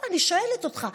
אני שואלת אותך: